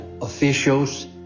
officials